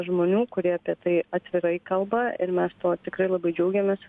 žmonių kurie apie tai atvirai kalba ir mes tuo tikrai labai džiaugiamės